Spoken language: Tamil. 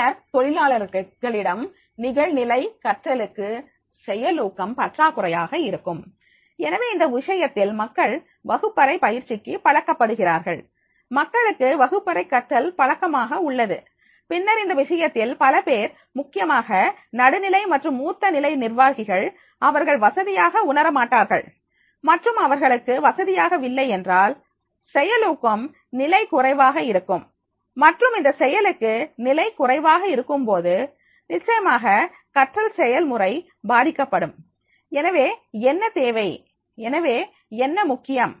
பின்னர் தொழிலாளர்களிடம் நிகழ்நிலை கற்றலுக்கு செயலூக்கம் பற்றாக்குறையாக இருக்கும் எனவே இந்த விஷயத்தில் மக்கள் வகுப்பறை பயிற்சிக்கு பழக்கப்படுகிறார்கள் மக்களுக்கு வகுப்பறை கற்றல் பழக்கமாக உள்ளது பின்னர் இந்த விஷயத்தில் பலபேர் முக்கியமாக நடுநிலை மற்றும் மூத்த நிலை நிர்வாகிகள் அவர்கள் வசதியாக உணர மாட்டார்கள் மற்றும் அவர்களுக்கு வசதியாகவில்லை என்றால் செயலூக்கம் நிலை குறைவாக இருக்கும் மற்றும் இந்த செயலுக்கு நிலை குறைவாக இருக்கும்போது நிச்சயமாக கற்றல் செயல்முறை பாதிக்கப்படும் எனவே என்ன தேவை எனவே என்ன முக்கியம்